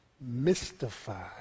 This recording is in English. mystified